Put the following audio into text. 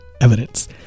evidence